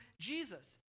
Jesus